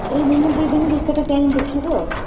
ଏଇ ଦିନେ ଦୁଇ ଦିନ ଭିତରେ ଯାଇ ଦେଖିବୁ ଆଉ